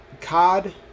COD